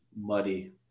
muddy